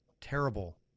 terrible